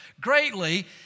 greatly